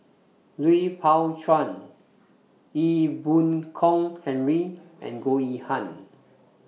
Lui Pao Chuen Ee Boon Kong Henry and Goh Yihan